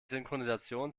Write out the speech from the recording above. synchronisation